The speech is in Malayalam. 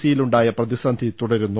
സിയിലുണ്ടായ പ്രതിസന്ധി തുടരുന്നു